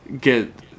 get